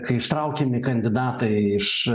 kai ištraukiami kandidatai iš